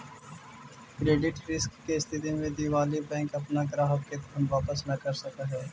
credit risk के स्थिति में दिवालि बैंक अपना ग्राहक के धन वापस न कर सकऽ हई